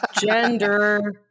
gender